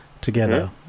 Together